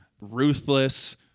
ruthless